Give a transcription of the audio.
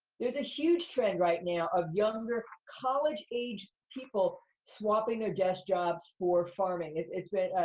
there's a huge trend right now of younger, college-aged people swapping their desk jobs for farming. it's it's been,